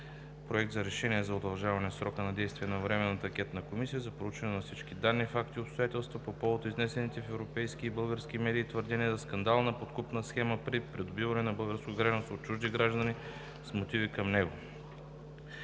Проект за решение за удължаване срока на действие на Временната анкетна комисия за проучване на всички данни, факти и обстоятелства по повод изнесените в европейски и български медии твърдения за скандална подкупна схема при придобиване на българско гражданство от чужди граждани, с мотиви към него.